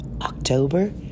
October